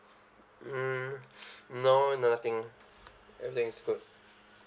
hmm no nothing everything is good